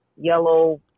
yellow